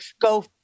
go